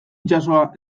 itsasoa